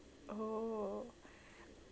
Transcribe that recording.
oh